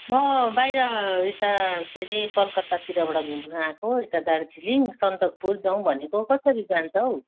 म बाहिर यता के अरे कलकत्तातिरबाट घुम्न आएको यता दार्जिलिङ सन्तकपुर जाउँ भनेको कसरी जान्छ हो